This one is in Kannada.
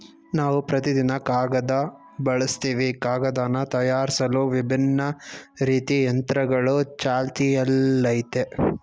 ನಾವು ಪ್ರತಿದಿನ ಕಾಗದ ಬಳಸ್ತಿವಿ ಕಾಗದನ ತಯಾರ್ಸಲು ವಿಭಿನ್ನ ರೀತಿ ಯಂತ್ರಗಳು ಚಾಲ್ತಿಯಲ್ಲಯ್ತೆ